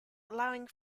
allowing